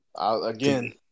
Again